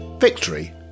Victory